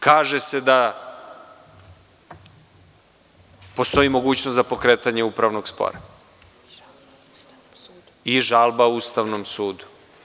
Kaže se da postoji mogućnost za pokretanje upravnog spora i žalba Ustavnom sudu.